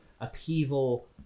upheaval